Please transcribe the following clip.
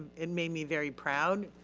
it made me very proud.